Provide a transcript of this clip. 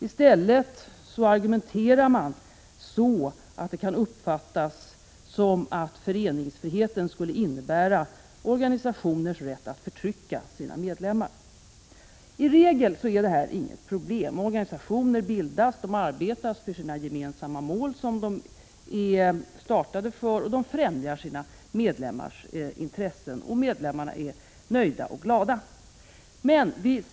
I stället argumenterar de på ett sätt som kan uppfattas så att föreningsfriheten skulle innebära organisationers rätt att förtrycka sina medlemmar. I regel innebär detta inget problem. Organisationer bildas, de arbetar för — Prot. 1986/87:125 de gemensamma mål som ligger till grund för verksamheten, de främjar sina — 18 maj 1987 medlemmars intressen och medlemmarna är nöjda och glada. Men viser allt.